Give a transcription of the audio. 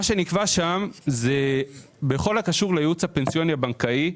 שנקבע שם זה בכל הקשור לייעוץ הפנסיוני הבנקאי,